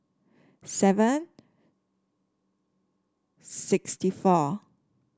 seven sixty four